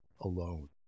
alone